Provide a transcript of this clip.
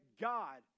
God